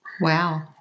Wow